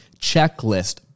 checklist